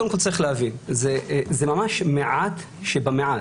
קודם כל צריך להבין: זה ממש מעט שבמעט.